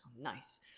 Nice